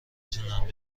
تونن